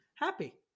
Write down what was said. Happy